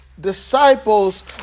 disciples